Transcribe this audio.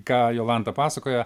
ką jolanta pasakoja